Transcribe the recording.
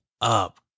up